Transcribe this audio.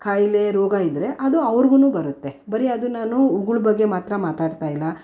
ಖಾಯಿಲೆ ರೋಗ ಇದ್ದರೆ ಅದು ಅವ್ರಿಗೂ ಬರುತ್ತೆ ಬರೀ ಅದು ನಾನು ಉಗುಳು ಬಗ್ಗೆ ಮಾತ್ರ ಮಾತಾಡ್ತಾ ಇಲ್ಲ